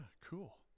cool